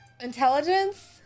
intelligence